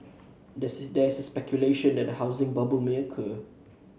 there is speculation that a housing bubble may occur